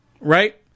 right